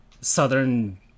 southern